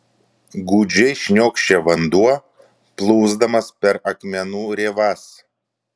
gūdžiai šniokščia vanduo plūsdamas per akmenų rėvas